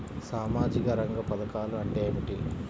సామాజిక రంగ పధకాలు అంటే ఏమిటీ?